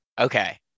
Okay